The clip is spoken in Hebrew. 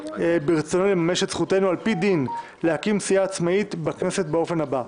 ברצוני לממש את זכותנו על פי דין להקים סיעה עצמאית בכנסת באופן הבא: